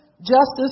justice